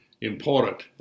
important